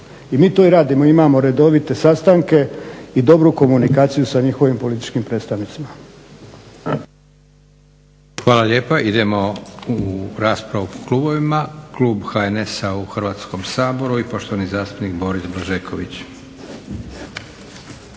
I mi to i radimo, imamo redovite sastanke i dobru komunikaciju sa njihovim političkim predstavnicima. **Leko, Josip (SDP)** Hvala lijepo. Idemo po raspravu po klubovima, Klub HNS-a u Hrvatskom saboru i poštovani zastupnik Boris Blažeković.